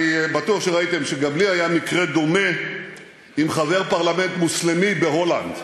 אני בטוח שראיתם שגם לי היה מקרה דומה עם חבר פרלמנט מוסלמי בהולנד.